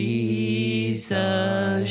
Jesus